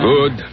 Good